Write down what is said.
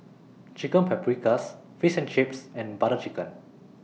Chicken Paprikas Fish and Chips and Butter Chicken